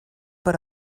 per